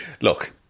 look